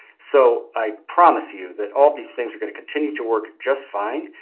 so i promise you that all of these things are going to continue to work just fine,